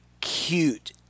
cute